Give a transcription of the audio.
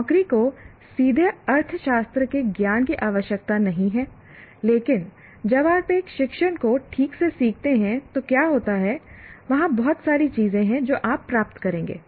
नौकरी को सीधे अर्थशास्त्र के ज्ञान की आवश्यकता नहीं है लेकिन जब आप एक शिक्षण को ठीक से सीखते हैं तो क्या होता है वहाँ बहुत सारी चीजें हैं जो आप प्राप्त करेंगे